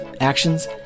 actions